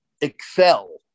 excel